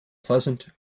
pleasant